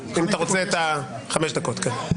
אז אם אתה רוצה את החמש דקות, כן.